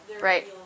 Right